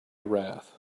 wrath